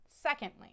Secondly